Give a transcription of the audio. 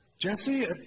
Jesse